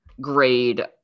grade